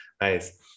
Nice